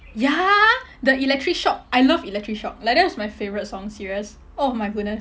ya the electric shock I love electric shock like that was my favourite song serious oh my goodness